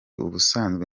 ubusanzwe